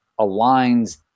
aligns